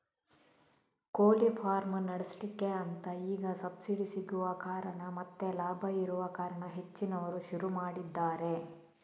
ಕೋಳಿ ಫಾರ್ಮ್ ನಡೆಸ್ಲಿಕ್ಕೆ ಅಂತ ಈಗ ಸಬ್ಸಿಡಿ ಸಿಗುವ ಕಾರಣ ಮತ್ತೆ ಲಾಭ ಇರುವ ಕಾರಣ ಹೆಚ್ಚಿನವರು ಶುರು ಮಾಡಿದ್ದಾರೆ